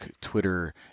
Twitter